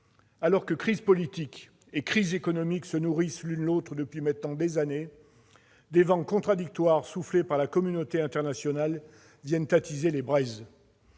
Alors que crise politique et crise économique se nourrissent l'une l'autre depuis maintenant des années, des vents contradictoires soufflés par la communauté internationale viennent attiser les braises.